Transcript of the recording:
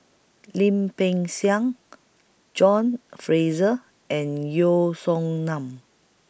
Lim Peng Siang John Fraser and Yeo Song Nian